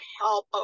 help